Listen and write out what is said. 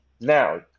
Now